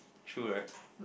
true right